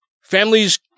Families